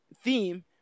theme